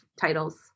titles